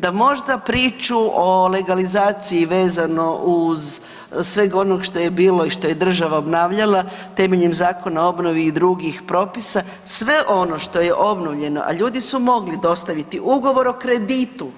Da možda priču o legalizaciji vezano uz sveg onog što je bilo i što je država obnavljala, temeljem Zakona o obnovi i drugih propisa, sve ono što je obnovljeno, a ljudi su mogli dostaviti ugovor o kreditu,